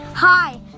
Hi